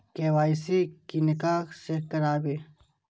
KYC किनका से कराबी?